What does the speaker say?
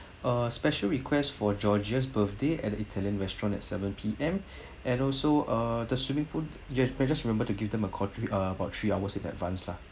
uh special requests for georgia's birthday at the italian restaurant at seven P_M and also uh the swimming pool yes you just remember to give them a call three uh about three hours in advance lah